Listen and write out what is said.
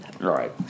Right